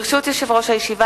ברשות יושב-ראש הישיבה,